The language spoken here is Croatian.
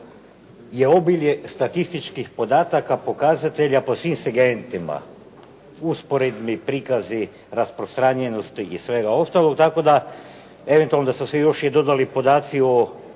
je obilje statističkih podataka, pokazatelja po svim segmentima. Usporedni prikazi rasprostranjenost i svega ostalog i tako da se eventualno da su se još dodali podaci i